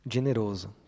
Generoso